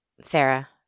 Sarah